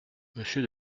monsieur